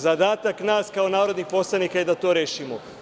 Zadatak nas kao narodnih poslanika je da to rešimo.